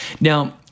Now